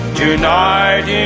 tonight